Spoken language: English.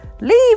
Leave